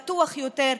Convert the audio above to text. בטוח יותר,